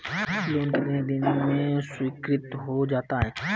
Loan कितने दिन में स्वीकृत हो जाता है?